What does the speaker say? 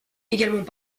également